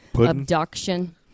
Abduction